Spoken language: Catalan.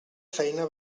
feina